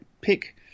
pick